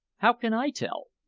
how can i tell?